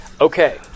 Okay